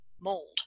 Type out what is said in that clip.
mold